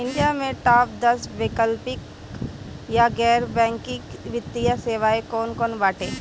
India में top दस वैकल्पिक या गैर बैंकिंग वित्तीय सेवाएं कौन कोन बाटे?